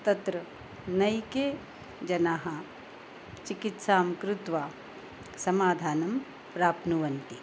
तत्र नैके जनाः चिकित्सां कृत्वा समाधानं प्राप्नुवन्ति